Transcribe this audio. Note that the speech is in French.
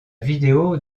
vidéo